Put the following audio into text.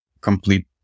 complete